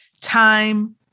time